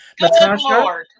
Natasha